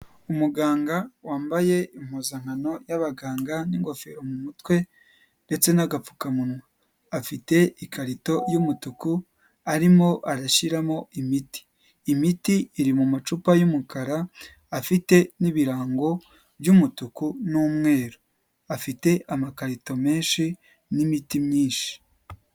Umuganga wambaye impuzankano y'abaganga n'ingofero mu mutwe ndetse n'agapfukamunwa, afite ikarito y'umutuku arimo arashyiramo imiti, imiti iri mu mumacupa y'umukara afite n'ibirango by'umutuku n'umweru, afite amakarito menshi n'imiti myinshi.